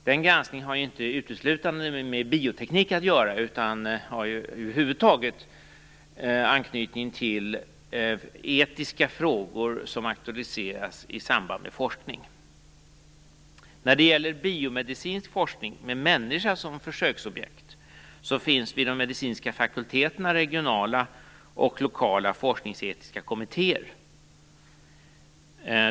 Den granskningen har inte uteslutande med bioteknik att göra utan har över huvud taget anknytning till etiska frågor som aktualiseras i samband med forskning. När det gäller biomedicinsk forskning med människa som försöksobjekt finns det vid de medicinska fakulteterna regionala och lokala forskningsetiska kommittéer.